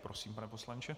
Prosím, pane poslanče.